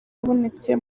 wabonetse